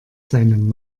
seinem